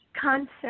concept